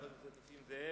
תודה לחבר הכנסת נסים זאב.